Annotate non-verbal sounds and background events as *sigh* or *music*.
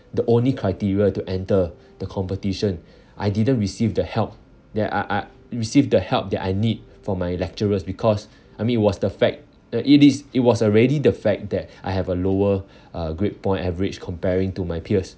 the only criteria to enter the competition I didn't receive the help that I I received the help that I need from my lecturers because I mean it was the fact that it is it was already the fact that I have a lower *breath* uh grade point average comparing to my peers